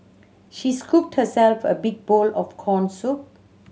she scooped herself a big bowl of corn soup